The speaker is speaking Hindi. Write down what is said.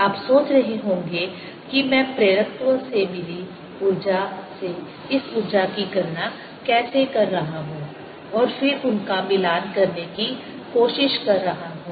आप सोच रहे होंगे कि मैं प्रेरकत्व से मिली ऊर्जा से इस ऊर्जा की गणना कैसे कर रहा हूं और फिर उनका मिलान करने की कोशिश कर रहा हूं